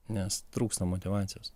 nes trūksta motyvacijos